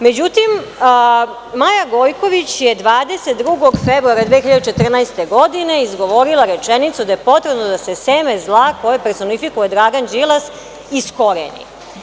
Međutim, Maja Gojković je 22. februara 2014. godine, izgovorila rečenicu da je potrebno da se seme zla koja personifikuje Dragan Đilas iskoreni.